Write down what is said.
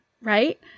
right